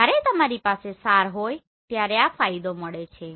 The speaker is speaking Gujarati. જ્યારે તમારી પાસે SAR હોય ત્યારે આ ફાયદો મળે છે